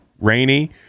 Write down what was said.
rainy